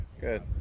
Good